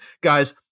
Guys